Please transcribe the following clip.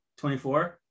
24